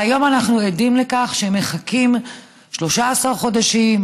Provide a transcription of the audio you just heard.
והיום אנחנו עדים לכך שמחכים 13 חודשים,